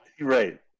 Right